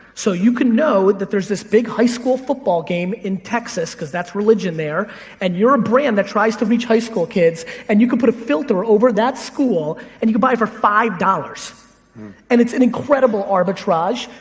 so you can know that there's this big high school football game in texas cause that's religion there and your ah brand that tries to reach high school kids and you could put a filter over that school and you could buy it for five dollars and it's an incredible arbitrage,